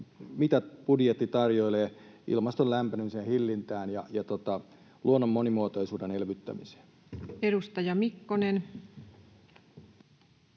mitä budjetti tarjoilee ilmaston lämpenemisen hillintään ja luonnon monimuotoisuuden elvyttämiseen? Edustaja Mikkonen.